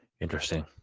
Interesting